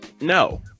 no